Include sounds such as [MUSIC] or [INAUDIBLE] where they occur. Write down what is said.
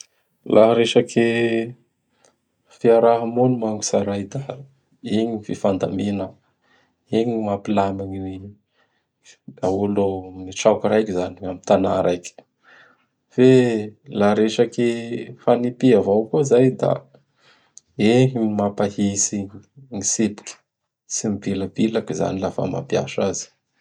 [NOISE] Laha resaky fiaraha-mony moa gny tsaray da: igny gn fifandamigna, igny mampilamy gn' olo mitraoky raiky izany am ny Tanà raiky. Fe laha resaky fanipia avao koa izay da [NOISE] igny gny mampahitsy gny tsipiky. Tsy mibilabilaky izany laha fa mampiasa azy.